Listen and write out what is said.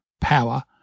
power